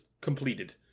completed